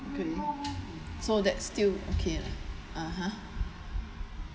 okay so that still okay ah (uh huh)